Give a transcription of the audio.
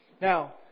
Now